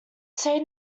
say